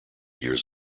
years